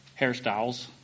hairstyles